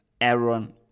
Aaron